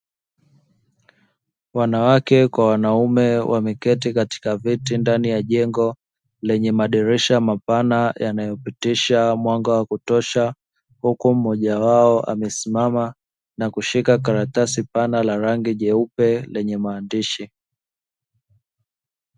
Wanawake kwa wanaume wameketi katika viti ndani ya jengo lenye madirisha mapana yanayopitisha mwanga wa kutosha, huku mmoja wao amesimama na kushika karatasi pana la rangi jeupe lenye maandishi.